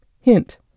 Hint